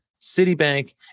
Citibank